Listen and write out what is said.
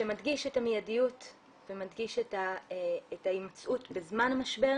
שמדגיש את המידיות ואת ההימצאות בזמן המשבר